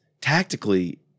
tactically